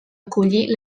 acollir